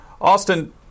Austin